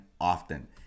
often